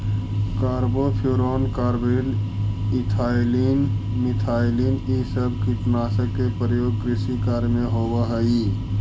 carbofuran, carbaryl, ethylene, methylene इ सब कीटनाशक के प्रयोग कृषि कार्य में होवऽ हई